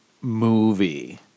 movie